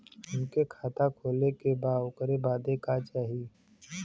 हमके खाता खोले के बा ओकरे बादे का चाही?